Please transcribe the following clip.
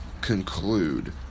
conclude